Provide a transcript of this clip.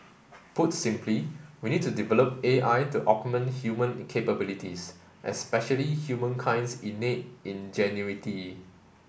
put simply we need to develop A I to augment human capabilities especially humankind's innate ingenuity